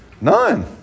None